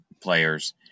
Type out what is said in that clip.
players